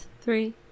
three